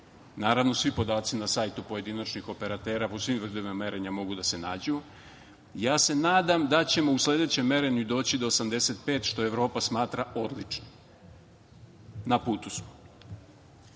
Naravno, svi podaci na sajtu pojedinačnih operatera po svim kriterijumima merenja mogu da se nađu. Nadam se da ćemo u sledećem merenju doći do 85 što Evropa smatra odličnim. Na putu